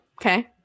okay